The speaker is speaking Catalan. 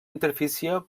interfície